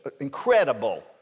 incredible